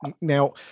now –